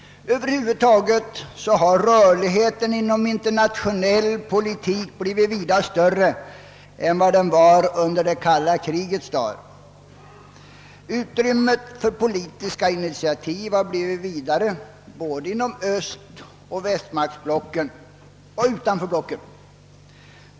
Över huvud taget har rörligheten inom internationell politik blivit vida större än under det kalla krigets dagar. Utrymmet för politiska intiativ har blivit vidare inom både östoch västmaktsblocken och utanför blocken.